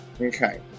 Okay